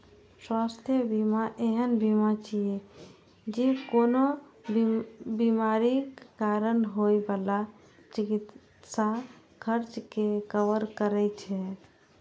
स्वास्थ्य बीमा एहन बीमा छियै, जे कोनो बीमारीक कारण होइ बला चिकित्सा खर्च कें कवर करै छै